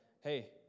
hey